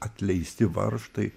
atleisti varžtai